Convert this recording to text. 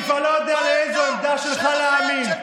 אני כבר לא יודע לאיזו עמדה שלך להאמין.